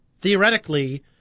theoretically